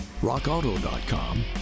RockAuto.com